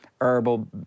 herbal